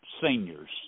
seniors